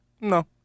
no